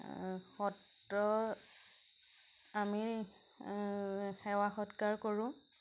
সত্ৰত আমি সেৱা সৎকাৰ কৰোঁ